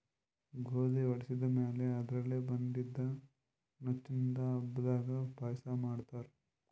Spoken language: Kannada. ಗೋಧಿ ವಡಿಸಿದ್ ಮ್ಯಾಲ್ ಅದರ್ಲೆ ಬಂದಿದ್ದ ನುಚ್ಚಿಂದು ಹಬ್ಬದಾಗ್ ಪಾಯಸ ಮಾಡ್ತಾರ್